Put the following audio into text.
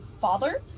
father